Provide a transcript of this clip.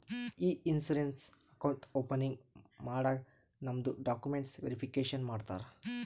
E insurance account opening ಮಾಡಾಗ್ ನಮ್ದು documents verification ಮಾಡ್ತಾರ